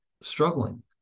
struggling